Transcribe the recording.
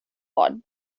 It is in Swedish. har